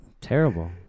Terrible